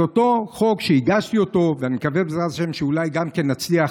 החוק שהגשתי, ואני מקווה שבעזרת השם אולי גם נצליח